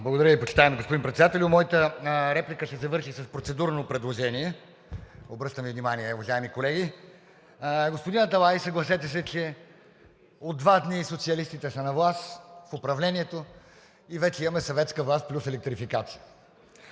Благодаря Ви, почитаеми господин Председателю. Моята реплика ще завърши с процедурно предложение – обръщам Ви внимание, уважаеми колеги. Господин Аталай, съгласете се, че от два дни социалистите са на власт в управлението и вече имаме съветска власт плюс електрификация.